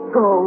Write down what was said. go